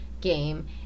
game